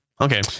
Okay